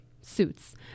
suits